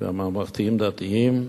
הממלכתיים-דתיים והבעלויות,